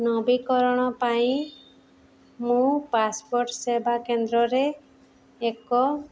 ନବୀକରଣ ପାଇଁ ମୋ ପାସ୍ପୋର୍ଟ ସେବା କେନ୍ଦ୍ରରେ ଏକ